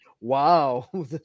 wow